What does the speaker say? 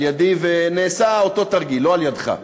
על-ידי, ונעשה אותו תרגיל, לא על-ידך,